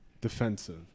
defensive